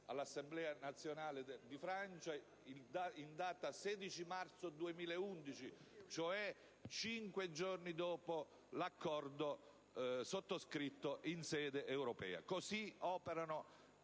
all'Assemblea nazionale di Francia in data 16 marzo 2011, cioè cinque giorni dopo la sottoscrizione dell'accordo in sede europea: così operano